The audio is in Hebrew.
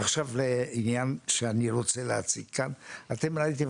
עכשיו לעניין שאני רוצה להציג כאן: ראיתם